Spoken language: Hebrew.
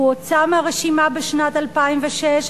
הוא הוצא מהרשימה בשנת 2006,